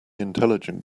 intelligent